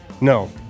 No